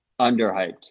Underhyped